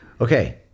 Okay